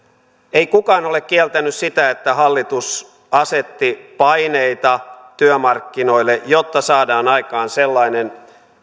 ei kukaan ole kieltänyt sitä että hallitus asetti paineita työmarkkinoille jotta saadaan aikaan sellainen